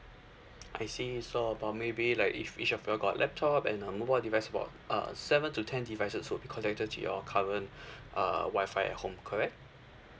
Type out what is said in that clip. I see so about maybe like if each of you all got laptop and um mobile device about uh seven to ten devices would be connected to your current uh Wi-Fi at home correct